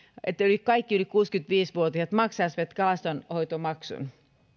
että kaikki yli kuusikymmentäviisi vuotiaat maksaisivat kalastonhoitomaksun